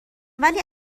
ولی